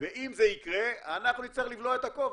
ואם זה יקרה, אנחנו נצטרך לבלוע את הכובע,